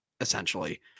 essentially